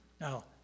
Now